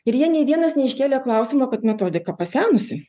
ir jie nei vienas neiškėlė klausimo kad metodika pasenusi